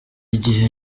igihe